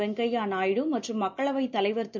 வெங்கய்யா நாயுடு மற்றும் மக்களவை தலைவர் திரு